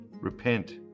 Repent